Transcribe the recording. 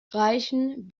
reichen